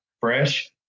fresh